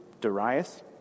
Darius